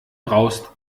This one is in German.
braust